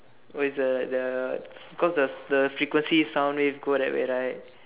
oh it's a the cause the the frequency of sound wave go that way right